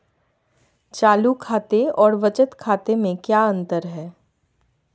चालू खाते और बचत खाते में क्या अंतर है?